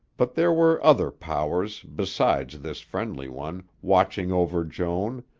but there were other powers, besides this friendly one, watching over joan,